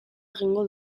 egingo